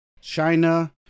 China